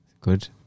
Good